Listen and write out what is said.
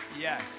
Yes